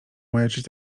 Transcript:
majaczyć